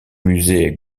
musée